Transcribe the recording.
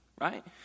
right